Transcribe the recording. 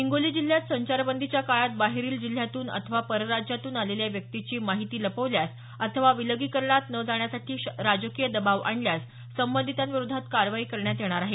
हिंगोली जिल्ह्यात संचारबंदीच्या काळात बाहेरील जिल्ह्यातून अथवा परराज्यातून आलेल्या व्यक्तीची माहिती लपवल्यास अथवा विलगीकरणात न जाण्यासाठी राजकीय दबाव आणल्यास संबंधितांविरोधात करण्यात येणार आहे